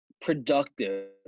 productive